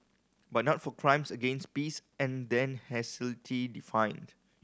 but not for crimes against peace and then hastily defined